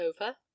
over